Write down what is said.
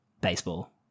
baseball